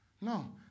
No